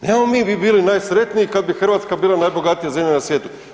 Nemamo mi „mi bi bili najsretniji“ kad bi Hrvatska bila najbogatija zemlja na svijetu.